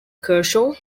kershaw